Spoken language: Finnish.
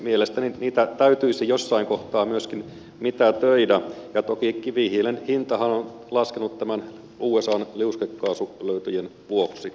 mielestäni niitä täytyisi jossain kohtaa myöskin mitätöidä ja toki kivihiilen hintahan on laskenut usan liuskekaasulöytöjen vuoksi